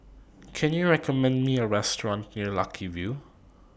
Can YOU recommend Me A Restaurant near Lucky View